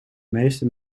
meeste